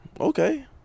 Okay